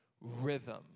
rhythm